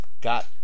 got